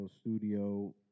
Studio